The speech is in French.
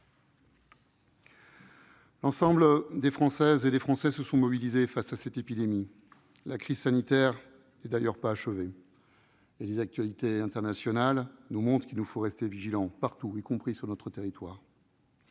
L'ensemble des Françaises et des Français se sont mobilisés face à cette épidémie. La crise sanitaire n'est d'ailleurs pas achevée, et les actualités internationales nous montrent qu'il nous faut rester vigilants partout, y compris sur notre territoire.